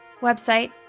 website